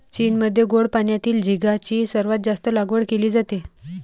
चीनमध्ये गोड पाण्यातील झिगाची सर्वात जास्त लागवड केली जाते